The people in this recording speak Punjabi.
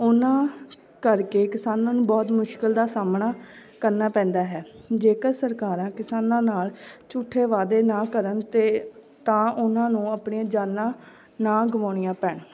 ਉਹਨਾਂ ਕਰਕੇ ਕਿਸਾਨਾਂ ਨੂੰ ਬਹੁਤ ਮੁਸ਼ਕਲ ਦਾ ਸਾਹਮਣਾ ਕਰਨਾ ਪੈਂਦਾ ਹੈ ਜੇਕਰ ਸਰਕਾਰਾਂ ਕਿਸਾਨਾਂ ਨਾਲ਼ ਝੂਠੇ ਵਾਅਦੇ ਨਾ ਕਰਨ ਅਤੇ ਤਾਂ ਉਹਨਾਂ ਨੂੰ ਆਪਣੀਆਂ ਜਾਨਾਂ ਨਾ ਗਵਾਉਣੀਆਂ ਪੈਣ